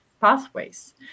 pathways